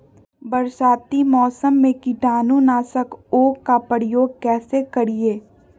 बरसाती मौसम में कीटाणु नाशक ओं का प्रयोग कैसे करिये?